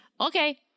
okay